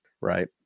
right